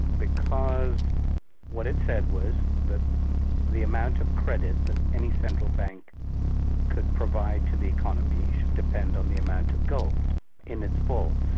because what it said was that the amount of credit that any central bank could provide to the economy, should depend on the amount of gold in its vaults.